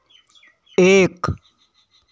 एक